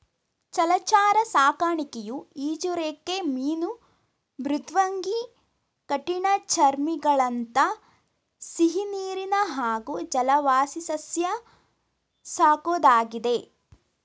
ಜಲಚರ ಸಾಕಣೆಯು ಈಜುರೆಕ್ಕೆ ಮೀನು ಮೃದ್ವಂಗಿ ಕಠಿಣಚರ್ಮಿಗಳಂಥ ಸಿಹಿನೀರಿನ ಹಾಗೂ ಜಲವಾಸಿಸಸ್ಯ ಸಾಕೋದಾಗಿದೆ